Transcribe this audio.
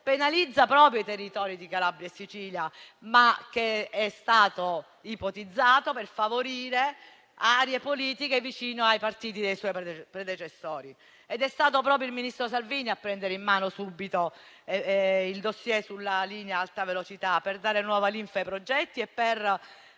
penalizza proprio i territori di Calabria e Sicilia, ma che è stato ipotizzato per favorire aree politiche vicine ai partiti dei suoi predecessori. È stato proprio il ministro Salvini a prendere in mano subito il *dossier* sulla linea alta velocità, per dare nuova linfa ai progetti e per